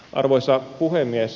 arvoisa puhemies